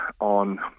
on